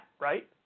right